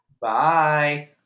Bye